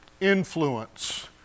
influence